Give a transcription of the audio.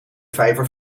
vijver